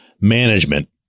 management